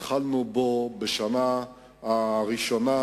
התחלנו בו בשנה הראשונה,